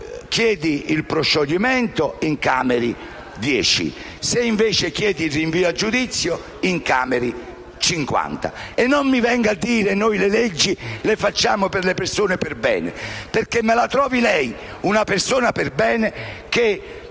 chiedi il proscioglimento incameri dieci, se invece chiedi il rinvio a giudizio incameri cinquanta. E non mi venga a dire che le leggi le facciamo per le persone perbene, perché me la trovi lei una persona perbene che,